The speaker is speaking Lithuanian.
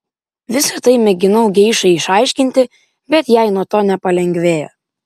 visa tai mėginau geišai išaiškinti bet jai nuo to nepalengvėjo